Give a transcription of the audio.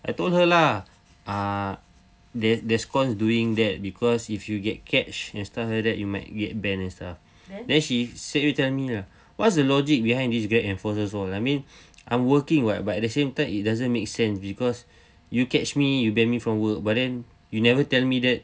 I told her lah ah they there's cons doing that because if you get catched and stuff like that yesterday that you might get banned and stuff then she said you tell me lah what's the logic behind this grab enforcers oh I mean I'm working [what] but at the same time it doesn't make sense because you catch me you ban me from work but then you never tell me that